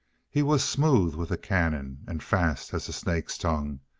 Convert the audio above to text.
he was smooth with a cannon. and fast as a snake's tongue.